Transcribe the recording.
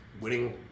winning